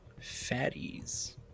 fatties